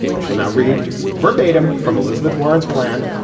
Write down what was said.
i shall not read verbatim from elizabeth warren's plan.